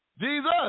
Jesus